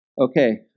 Okay